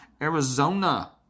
Arizona